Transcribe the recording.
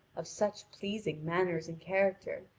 of such pleasing manners and character,